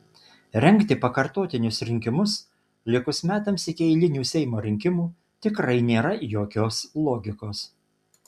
rengti pakartotinius rinkimus likus metams iki eilinių seimo rinkimų tikrai nėra jokios logikos